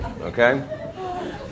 okay